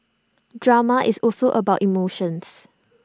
drama is also about emotions